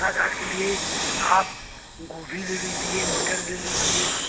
रसादार के लिए आप गोभी ले लीजिए मटर ले लीजिए